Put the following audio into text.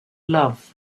love